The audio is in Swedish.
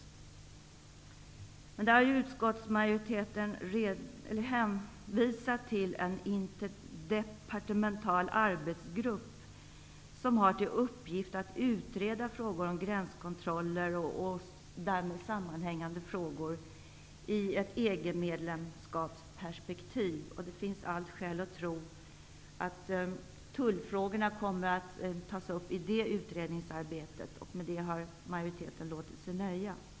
I den frågan har utskottsmajoriteten hänvisat till en interdepartemental arbetsgrupp som har till uppgift att utreda frågor om gränskontroller och därmed sammanhängande frågor i ett EG medlemskapsperspektiv. Det finns alla skäl att tro att tullfrågorna kommer att tas upp i det utredningsarbetet. Med det har majoriteten låtit sig nöja.